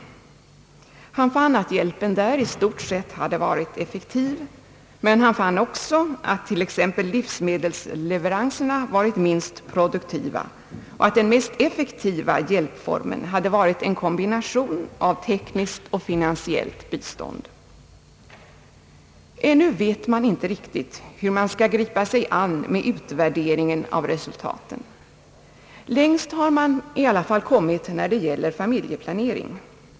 Han fann att hjälpen där i stort sett varit effektiv. Men han fann också att t.ex. livsmedelsleveranserna varit minst produktiva och att den mest effektiva hjälpformen varit en kombination av tekniskt och finansiellt bistånd. Ännu vet man inte riktigt, hur man skall gripa sig an med utvärderingen av resultaten, längst har man i alla fall kommit när det gäller familjeplanering.